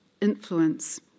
influence